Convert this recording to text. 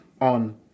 on